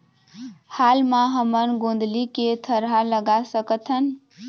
हाल मा हमन गोंदली के थरहा लगा सकतहन?